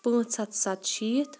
پانٛژھ ہَتھ سَتہٕ شيٖتھ